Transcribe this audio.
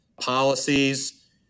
policies